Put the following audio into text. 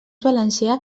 valencià